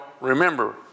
remember